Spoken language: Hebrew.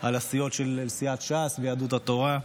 על הסיעות ש"ס ויהדות התורה.